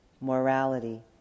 morality